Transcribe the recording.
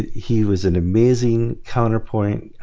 he was an amazing counterpoint